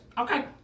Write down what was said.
Okay